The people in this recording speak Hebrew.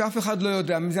שאף אחד לא יודע מזה,